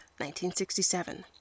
1967